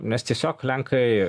nes tiesiog lenkai